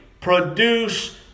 produce